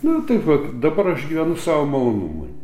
nu taip vat dabar aš gyvenu savo malonumui